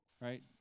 right